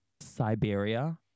Siberia